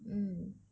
mm